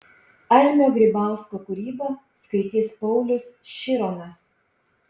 almio grybausko kūrybą skaitys paulius šironas